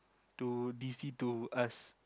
to D_C to us